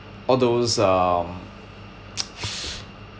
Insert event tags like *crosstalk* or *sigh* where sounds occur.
all those um *noise*